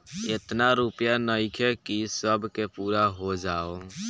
एतना रूपया नइखे कि सब के पूरा हो जाओ